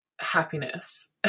happiness